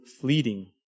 fleeting